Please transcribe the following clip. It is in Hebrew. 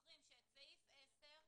ונזכור שסעיף 10,